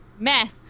Mess